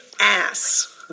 ass